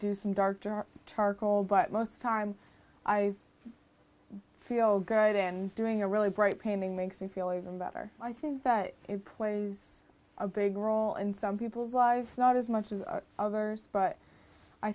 do some dark charcoal but most times i feel good and doing a really bright painting makes me feel even better i think that it plays a big role in some people's lives not as much as others but i